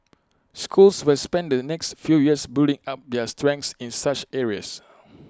schools will spend the next few years building up their strengths in such areas